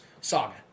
saga